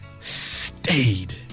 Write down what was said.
stayed